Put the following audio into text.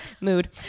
mood